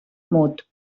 mut